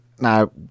Now